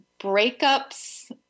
breakups